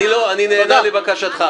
אני נענה לבקשתך.